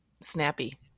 Snappy